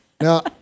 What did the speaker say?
now